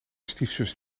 stiefzus